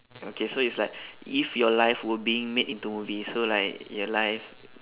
okay so it's like if your life were being made into movie so like your life